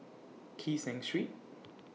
Kee Seng Street